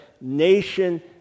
nation